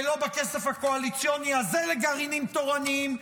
ולא בכסף הקואליציוני הזה לגרעינים תורניים,